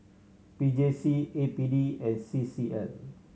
P J C A P D and C C L